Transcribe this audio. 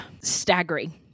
staggering